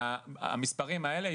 החמרה במספרים האלה,